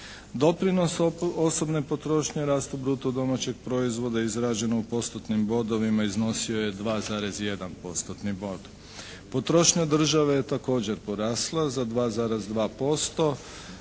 Doprinos osobne potrošnje rastu bruto domaćeg proizvoda izrađena u postotnim bodovima iznosio je 2,1 postotni bod. Potrošnja države je također porasla za 2,2%